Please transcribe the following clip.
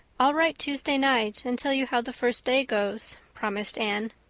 i'll write tuesday night and tell you how the first day goes, promised anne.